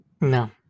No